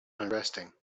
unresting